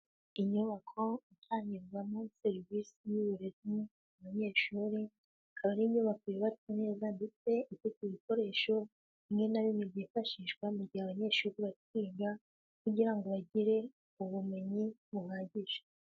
Inyubako itangirwamo serivisi y'uburezi, abanyeshuri, ikaba inyubako yubatse neza ndetse ifite ibikoresho bimwe na bimwe byifashishwa mu gihe abanyeshuri bari kwiga, kugira ngo bagire ubumenyi buhagije.